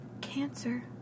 cancer